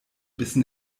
bissen